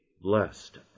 blessed